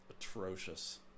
atrocious